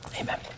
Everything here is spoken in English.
Amen